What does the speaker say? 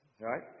right